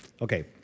Okay